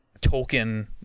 token